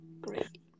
great